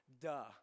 duh